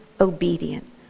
obedient